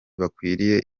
bakwiriye